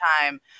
time